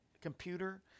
computer